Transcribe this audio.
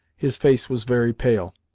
his face was very pale.